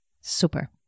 Super